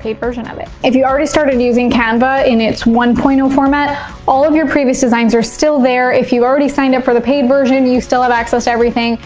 paid version of it. if you already started using canva in it's one point zero and format all of your previous designs are still there. if you've already signed up for the paid version you still have access to everything.